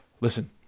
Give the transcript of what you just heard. listen